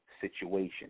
situation